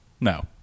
No